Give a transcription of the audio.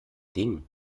ding